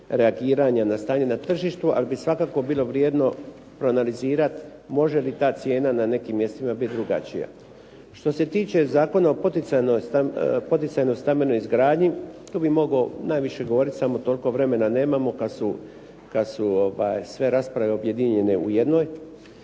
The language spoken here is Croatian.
reagiranja na stanja na tržištu ali bi svakako bilo vrijedno proanalizirati može li ta ciljna na nekim mjestima biti drugačija. Što se tiče Zakona o poticajnoj stambenoj izgradnji, tu bi mogao najviše toliko vremena nemamo kada su sve rasprave objedinjene u jednoj,